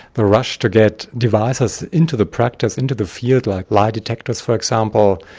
the rush to get devices into the practice into the field, like lie detectors for example,